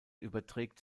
überträgt